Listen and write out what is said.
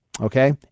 Okay